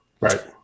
Right